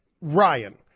Ryan